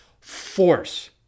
force